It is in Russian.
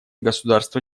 государства